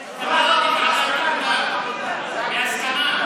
הממשלתית, הצבעה שמית.